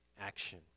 action